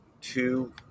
two